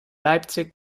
leipzig